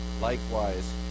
likewise